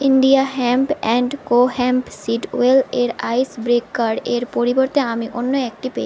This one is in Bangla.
India hemp and co hemp seed ওয়েলের আইস ব্রেকার এর পরিবর্তে আমি অন্য একটি পেয়ে